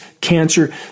cancer